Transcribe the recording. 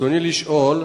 ברצוני לשאול: